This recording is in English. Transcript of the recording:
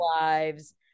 lives